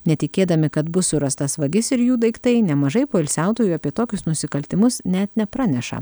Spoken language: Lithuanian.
netikėdami kad bus surastas vagis ir jų daiktai nemažai poilsiautojų apie tokius nusikaltimus net nepraneša